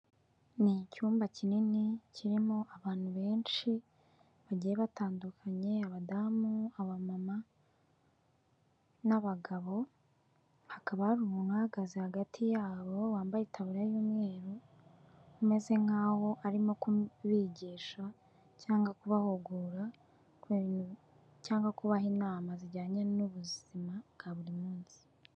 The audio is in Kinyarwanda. Ni icyumba kinini kirimo abantu benshi bagiye batandukanye abadamu, aba mama n'abagabo, hakaba hari umuntu uhagaze hagati yabo wambaye itaburiya y'umweru umeze nk'aho arimo kubigisha cyangwa kubahugura cyangwa kubaha inama zijyanye n'ubuzima bwa buri munsi.